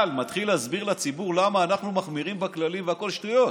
מתחיל להסביר לציבור למה אנחנו מחמירים בכללים והכול שטויות.